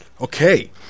Okay